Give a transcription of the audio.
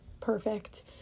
perfect